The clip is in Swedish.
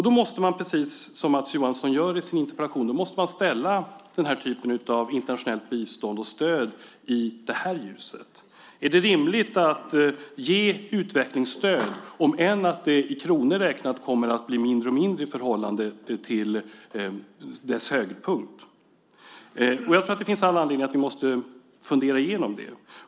Då måste man, precis som Mats Johansson gör i sin interpellation, se på den här typen av internationellt bistånd och stöd i det här ljuset. Är det rimligt att ge utvecklingsstöd, även om det i kronor räknat kommer att bli mindre och mindre i förhållande till dess höjdpunkt? Jag tror att det finns all anledning för oss att fundera igenom det.